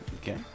Okay